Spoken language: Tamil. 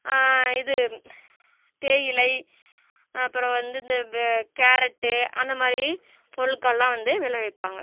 இது தேயிலை அப்பறம் வந்து இந்த பே கேரட்டு அந்த மாதிரி பொருட்கள்லாம் வந்து விளைவிப்பாங்க